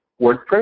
WordPress